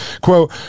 quote